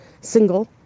single